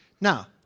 Now